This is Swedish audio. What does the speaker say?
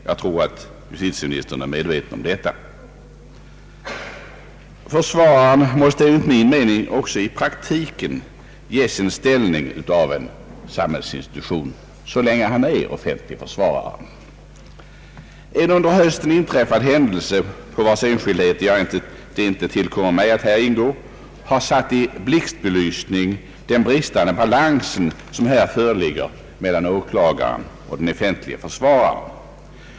Jag tror att justi tieministern är medveten om detta. Försvararen måste enligt min mening också i praktiken ges en ställning av samhällsinstitution så länge han är offentlig försvarare. En under hösten inträffad händelse, på vars enskildheter det inte tillkommer mig att här ingå, har satt i blixtbelysning den bristande balans, som föreligger mellan åklagaren och den offentlige försvararen.